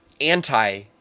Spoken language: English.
anti